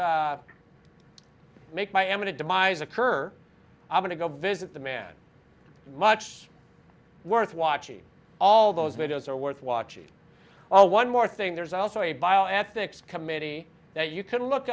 make my eminent demise occur i'm going to go visit the man much worth watching all those videos are worth watching oh one more thing there's also a bioethics committee that you can look